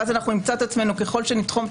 ואז נמצא את עצמנו ככל שניתחום את